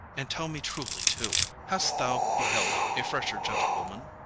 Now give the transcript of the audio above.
and tell me truly too, hast thou beheld a fresher gentlewoman?